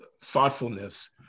thoughtfulness